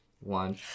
one